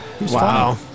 Wow